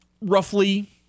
roughly